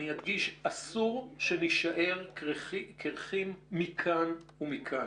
אסור שנישאר קרחים מכאן ומכאן.